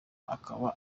akaba